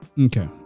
Okay